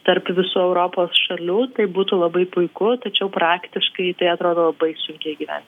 tarp visų europos šalių tai būtų labai puiku tačiau praktiškai tai atrodo labai sunkiai įgyvendinama